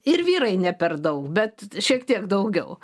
ir vyrai ne per daug bet šiek tiek daugiau